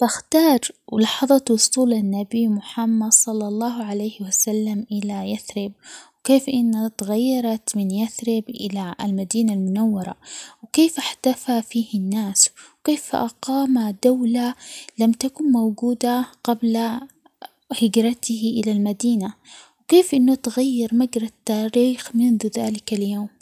بختار إنو أكون أكثر جراءة في اتخاذ قراراتي وأحياناً كنت أتردد في اتخاذ خطوات جديدة أو تجربة أشياء جديدة، لو كنت أكثر جراءة كنت سأحقق أهدافي بشكل أسرع وأتعلم من التجارب بشكل أكبر وأؤمن أن الجراءة تفتح أبواباً جديدة دائماً.